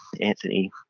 Anthony